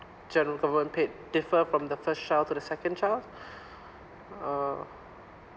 the government paid differ from the first child to the second child uh